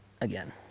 again